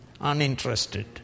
uninterested